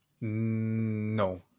No